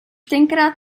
tenkrát